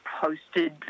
posted